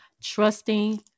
Trusting